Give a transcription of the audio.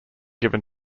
given